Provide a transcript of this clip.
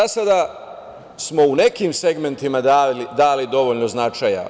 Za sada smo u nekim segmentima dali dovoljno značaja.